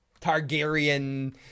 Targaryen